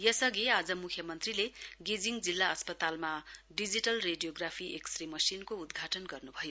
यसअघि आज मुख्यमन्त्रीले गेजिङ जिल्ला अस्पतालमा डिजिटल रेडियोग्राफी एक्सरे मशिनको उद्घाटन गर्नुभयो